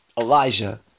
elijah